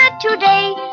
today